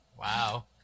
Wow